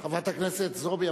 חברת הכנסת זועבי,